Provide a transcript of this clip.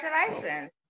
Congratulations